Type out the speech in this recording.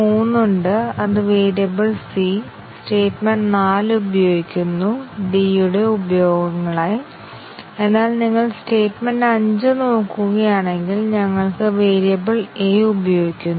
മറ്റൊരു വിധത്തിൽ പറഞ്ഞാൽ ലിനെയാർലി ഇൻഡിപെൻഡെന്റ് ആയ ഒരു പാത്തിലെ ഓരോ പാത്തും കുറഞ്ഞത് ഒരു എഡ്ജ് എങ്കിലും സെറ്റിലെ മറ്റ് പാത്തുകളുടെ ലീനിയർ കോമ്പിനേഷനിലൂടെ ലഭിക്കില്ലെന്ന് ഞങ്ങൾ പറയുന്നു